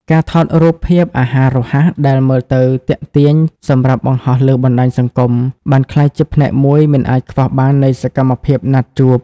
ការថតរូបភាពអាហាររហ័សដែលមើលទៅទាក់ទាញសម្រាប់បង្ហោះលើបណ្ដាញសង្គម បានក្លាយជាផ្នែកមួយមិនអាចខ្វះបាននៃសកម្មភាពណាត់ជួប។